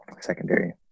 Secondary